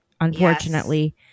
Unfortunately